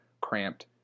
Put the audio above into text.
cramped